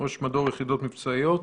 ראש מדור יחידות מבצעיות?